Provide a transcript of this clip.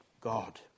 God